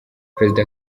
perezida